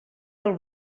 del